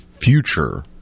future